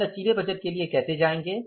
हम लचीले बजट के लिए कैसे जाएंगे